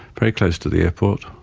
very close to the airport,